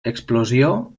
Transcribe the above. explosió